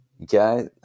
Okay